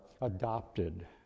adopted